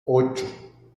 ocho